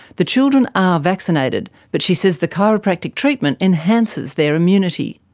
the children are vaccinated, but she says the chiropractic treatment enhances their immunity.